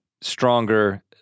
stronger